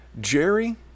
Jerry